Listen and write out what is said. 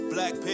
Black